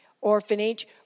Orphanage